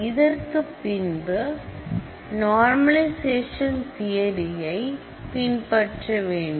இதற்குப் பின்பு நோர்மலிஷயேசன் தியரியை பின்பற்ற வேண்டும்